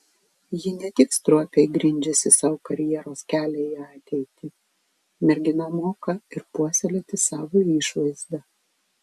ji ne tik stropiai grindžiasi sau karjeros kelią į ateitį mergina moka ir puoselėti savo išvaizdą